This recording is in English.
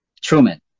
truman